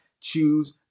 choose